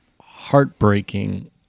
heartbreaking